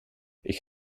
ich